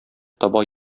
таба